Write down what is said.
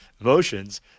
emotions